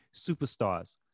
superstars